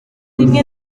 rimwe